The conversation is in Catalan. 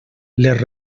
les